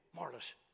Marla's